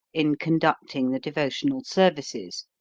in conducting the devotional services.